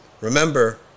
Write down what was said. Remember